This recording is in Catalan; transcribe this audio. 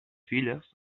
filles